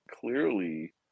clearly